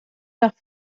nach